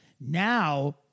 now